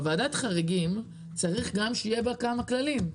בוועדת החריגים, צריך שיהיה בה כמה כללים.